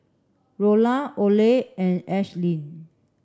Rolla Ole and Ashlynn